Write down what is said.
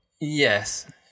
Yes